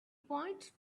point